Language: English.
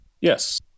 Yes